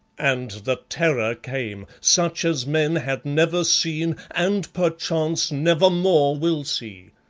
and the terror came, such as men had never seen and perchance never more will see.